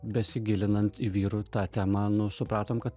besigilinant į vyrų tą temą nu supratom kad